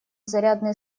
зарядные